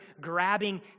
grabbing